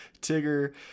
tigger